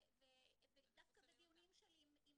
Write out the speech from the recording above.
ודווקא בדיונים שלי עם